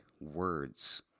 words